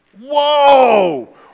Whoa